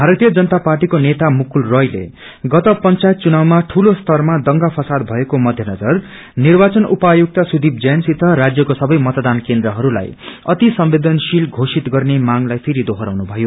भारतीय जनता पार्टीको नेता मुकुल रायले गत पंचायत चुनावमा ठूलो स्तरमा दंगा फसाद भएको मध्यनजर निर्वान उपायुक्त सुदीप जैनसित राज्यको सबै मतदान केन्द्रहरूलाई अति संवेदनशील घोषित गर्ने मांगलाई फेरि दोहोरयाउनु भयो